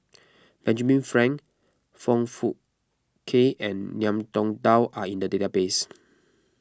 Benjamin Frank Foong Fook Kay and Ngiam Tong Dow are in the database